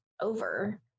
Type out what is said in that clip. over